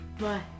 bye